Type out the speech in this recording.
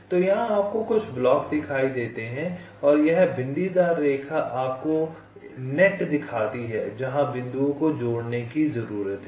तो यहां आपको कुछ ब्लॉक दिखाई देते हैं और यह बिंदीदार रेखा आपको जाल दिखाती है जिन बिंदुओं को जोड़ने की जरूरत है